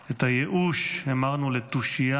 את הייאוש המרנו לתושייה,